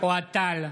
אוהד טל,